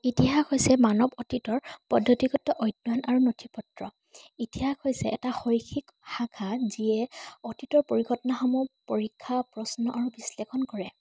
ইতিহাস হৈছে মানৱ অতীতৰ পদ্ধতিগত অধ্য়য়ন আৰু নথি পত্ৰ ইতিহাস হৈছে এটা শৈক্ষিক শাখা যিয়ে অতীতৰ পৰিঘটনাসমূহ পৰীক্ষা প্ৰশ্ন আৰু বিশ্লেষণ কৰে